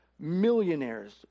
millionaires